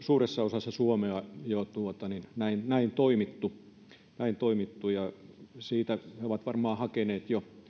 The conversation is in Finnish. osassa suomea jo näin toimittu siinä he ovat varmaan hakeneet jo